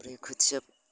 ओमफ्राय खोथिया